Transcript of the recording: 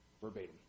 verbatim